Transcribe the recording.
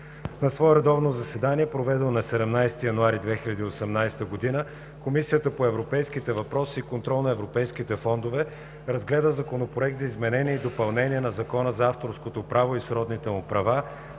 На свое редовно заседание, проведено на 17 януари 2018 г., Комисията по европейските въпроси и контрол на европейските фондове разгледа Законопроект за изменение и допълнение на Закона за авторското право и сродните му права,